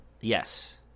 Yes